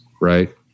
Right